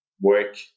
work